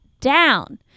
down